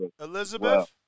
Elizabeth